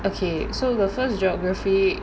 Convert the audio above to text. okay so the first geography